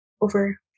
over